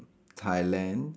Thailand